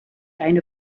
eine